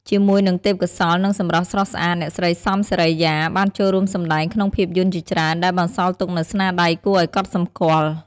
ជាមួយនឹងទេពកោសល្យ និងសម្រស់ស្រស់ស្អាត អ្នកស្រី សំ សេរីយ៉ា បានចូលរួមសម្តែងក្នុងភាពយន្តជាច្រើន ដែលបន្សល់ទុកនូវស្នាដៃគួរឲ្យកត់សម្គាល់។